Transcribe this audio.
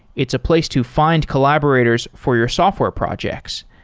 it's a place to find collaborators for your software projects.